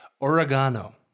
Oregano